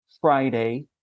Friday